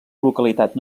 localitat